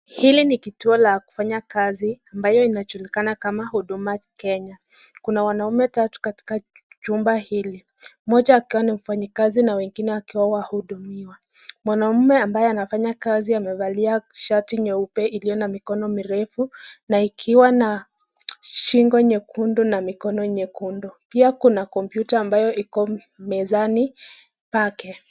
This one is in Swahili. Hili ni kituo la kufanya kazi ambayo inajulikana kama Huduma Kenya, kuna wanaume tatu katika chumba hili. Mmoja akiwa ni mfanyikazi na wengine wakiwa wahudumiwa, mwanaume ambaye anafanya kazi amevalia shati nyeupe iliyo na mikono mirefu na ikiwa na shingo nyekundu na mikono nyekundu, pia kuna kompyuta ambayo iko mezani pake.